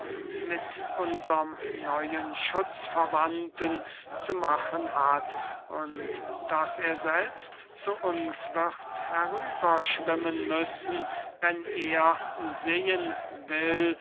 mit unserm neuen schutzverwandten zu machen hat und daß er selbst zu uns wird herüber schwimmen müssen wenn er sehen will